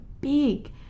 big